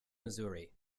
missouri